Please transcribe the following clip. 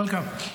Welcome.